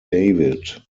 david